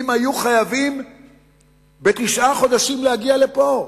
אם היו חייבים בתשעה חודשים להגיע לפה.